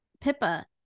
Pippa